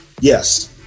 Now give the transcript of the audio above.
Yes